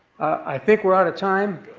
i think we're out of time.